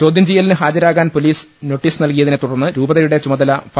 ചോദ്യം ചെയ്യലിന് ഹാജരാകാൻ പൊലീസ് നോട്ടീസ് നൽകി യതിനെ തുടർന്ന് രൂപതയുടെ ചുമതല ഫാ